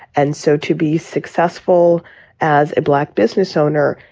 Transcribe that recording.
and so to be successful as a black business owner,